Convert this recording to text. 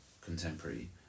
contemporary